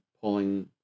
pulling